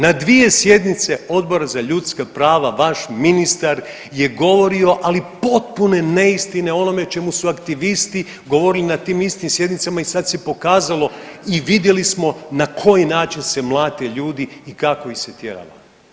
Na dvije sjednice Odbora za ljudska prava vaš ministar je govorio ali potpune neistine o onome o čemu su aktivisti govorili na tim istim sjednicama i sad se pokazalo i vidjeli smo na koji način se mlate ljudi i kako ih se tjera van.